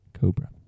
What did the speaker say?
Cobra